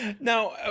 Now